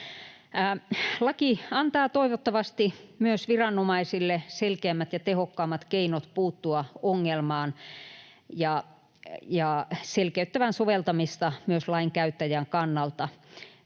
Laki toivottavasti antaa myös viranomaisille selkeämmät ja tehokkaammat keinot puuttua ongelmaan ja selkeyttää soveltamista myös lainkäyttäjän kannalta.